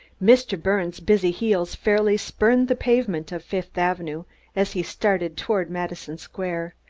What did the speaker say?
mr. birnes' busy heels fairly spurned the pavements of fifth avenue as he started toward madison square.